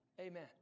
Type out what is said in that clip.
Amen